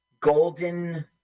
Golden